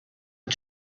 and